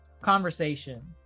conversation